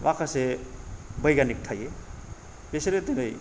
माखासे बैगानिक थायो बिसोरो दोनै